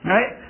Right